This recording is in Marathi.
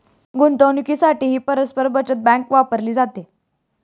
गुंतवणुकीसाठीही परस्पर बचत बँक वापरली जाते